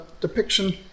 depiction